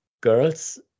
girls